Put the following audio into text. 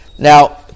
Now